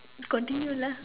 continue lah